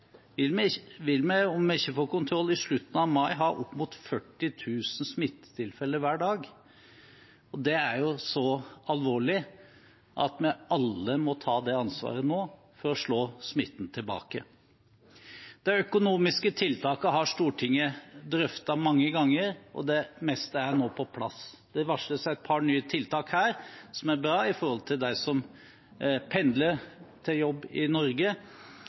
vil vi, hvis vi ikke får kontroll, i slutten av mai ha opp mot 40 000 smittetilfeller hver dag, og det er jo så alvorlig at vi alle må ta det ansvaret nå for å slå smitten tilbake. De økonomiske tiltakene har Stortinget drøftet mange ganger, og det meste er nå på plass. Det varsles et par nye tiltak her som er bra når det gjelder dem som pendler til jobb i Norge.